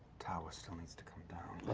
tower still needs to come down.